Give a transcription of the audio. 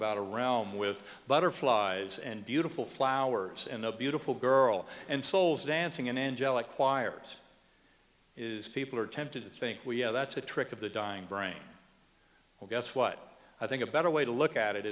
about a realm with butterflies and beautiful flowers and the beautiful girl and souls dancing in angelic choirs is people are tempted to think we have that's a trick of the dying brain well guess what i think a better way to look at it